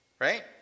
right